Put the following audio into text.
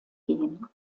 gehen